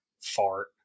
fart